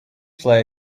play